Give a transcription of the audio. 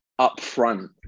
upfront